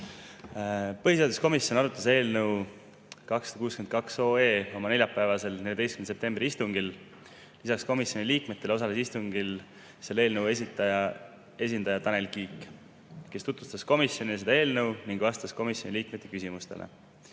Põhiseaduskomisjon arutas eelnõu 262 oma neljapäevasel, 14. septembri istungil. Lisaks komisjoni liikmetele osales istungil selle eelnõu esitaja esindaja Tanel Kiik, kes tutvustas komisjonile eelnõu ning vastas komisjoni liikmete küsimustele.